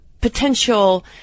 potential